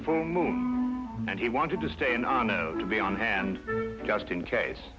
full moon and he wanted to stay in our know to be on hand just in case